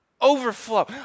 overflow